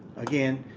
again,